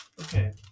Okay